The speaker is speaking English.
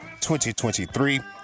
2023